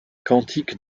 quantique